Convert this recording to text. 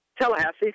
Tallahassee